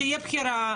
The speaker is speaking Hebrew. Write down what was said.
שתהיה בחירה.